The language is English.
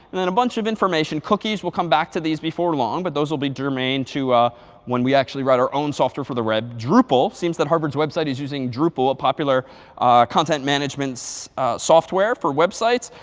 and then a bunch of information. cookies, we'll come back to these before long. but those will be germane to when we actually write our own software for the read. drupal, seems that harvard's website is using drupal, a popular content management software for websites.